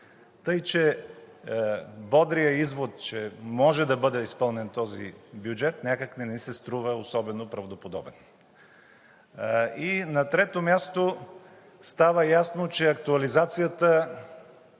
Така че бодрият извод, че може да бъде изпълнен този бюджет, някак не ни се струва особено правдоподобен. И на трето място, става ясно, че актуализацията,